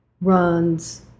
runs